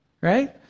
right